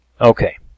Okay